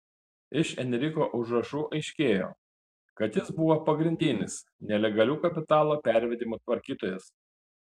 iš enriko užrašų aiškėjo kad jis buvo pagrindinis nelegalių kapitalo pervedimų tvarkytojas